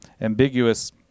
ambiguous